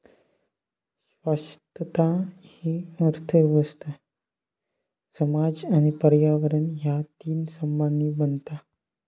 शाश्वतता हि अर्थ व्यवस्था, समाज आणि पर्यावरण ह्या तीन स्तंभांनी बनता